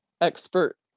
expert